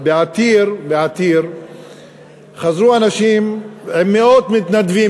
בעתיר חזרו אנשים עם מאות מתנדבים,